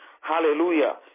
Hallelujah